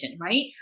right